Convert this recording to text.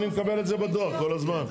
אני מקבל את זה בדואר כל הזמן.